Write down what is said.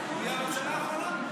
מהממשלה האחרונה.